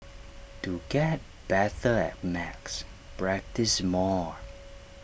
to get better at maths practise more